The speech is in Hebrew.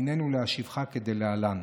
היננו להשיבך כדלהלן: